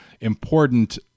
important